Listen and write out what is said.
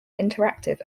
interactive